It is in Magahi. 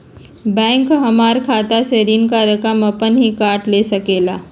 बैंक हमार खाता से ऋण का रकम अपन हीं काट ले सकेला?